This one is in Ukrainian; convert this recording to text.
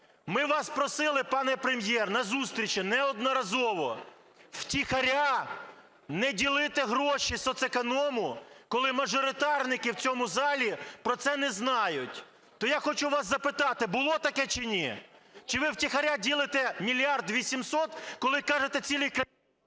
Ми вас просили, пане Прем'єр, на зустрічі неодноразово, втіхаря не ділити гроші соцеконому, коли мажоритарники в цьому залі про це не знають. То я хочу у вас запитати: було таке, чи ні? Чи ви втіхаря ділити 1 мільярд 800, коли кажете… 11:02:58